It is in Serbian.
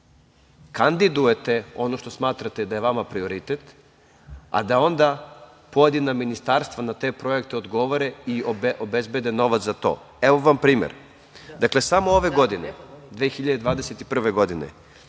kandidujete ono što smatrate da je vama prioritet, a da onda pojedina ministarstva na te projekte odgovore i obezbede novac za to. Primer, dakle, samo ove godine, 2021. godine,